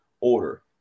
order